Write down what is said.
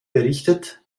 berichtet